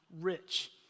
rich